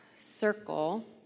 circle